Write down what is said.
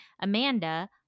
Amanda